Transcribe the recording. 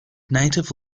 native